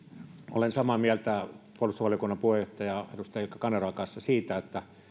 olen samaa mieltä puolustusvaliokunnan puheenjohtajan edustaja ilkka kanervan kanssa siitä että